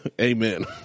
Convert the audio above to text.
amen